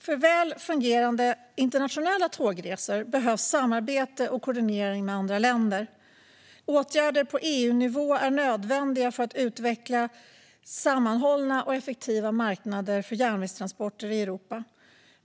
För väl fungerande internationella tågresor behövs samarbete och koordinering med andra länder. Åtgärder på EU-nivå är nödvändiga för att utveckla sammanhållna och effektiva marknader för järnvägstransporter i Europa.